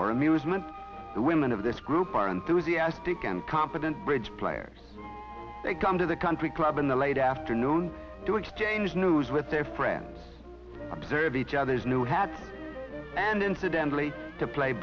or amusement the women of this group are enthusiastic and competent bridge players they come to the country club in the late afternoon to exchange news with their friends observe each other's new hats and incidentally to play